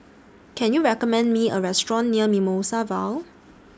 Can YOU recommend Me A Restaurant near Mimosa Vale